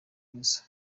mwiza